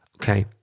Okay